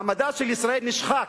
מעמדה של ישראל נשחק